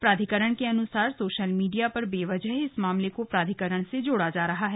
प्राधिकरण के अनुसार सोशल मीडिया पर बेवजह इस मामले को प्राधिकरण से जोड़ा जा रहा है